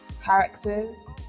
characters